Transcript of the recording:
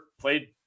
played